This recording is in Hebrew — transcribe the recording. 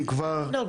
על הדברים.